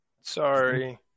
Sorry